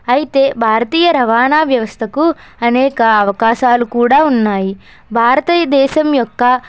అయితే భారతీయ రవాణా వ్యవస్థకు అనే అవకాశాలు కూడా ఉన్నాయి భారతదేశం యొక్క